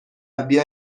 بیا